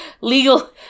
Legal